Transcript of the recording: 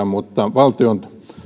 mutta valtion